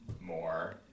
more